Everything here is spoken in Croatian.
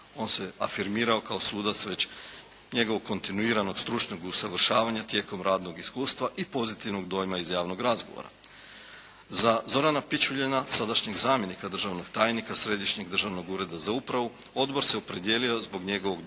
On se afirmirao kao sudac već, njegovog kontinuiranog stručnog usavršavanja tijekom radnog iskustva i pozitivnog dojma iz javnog razgovora. Za Zorana Pičuljana, sadašnjeg zamjenika državnog tajnika Središnjeg državnog ureda za upravu odbor se opredijelio zbog njegovog